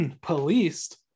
policed